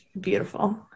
Beautiful